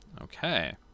okay